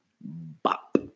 Bop